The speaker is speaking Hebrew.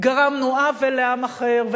גרמנו עוול לעם אחר.